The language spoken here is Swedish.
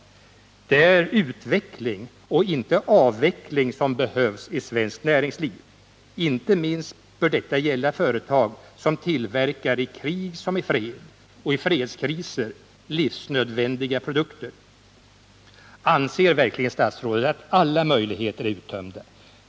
Det är utveckling och inte avveckling som behövs i svenskt näringsliv. Inte minst bör det gälla företag som tillverkar i krig som i fred och som tillverkar i fredskriser livsnödvändiga produkter. Anser verkligen statsrådet att alla möjligheter är uttömda?